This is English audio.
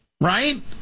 right